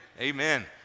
Amen